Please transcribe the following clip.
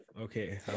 Okay